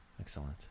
Excellent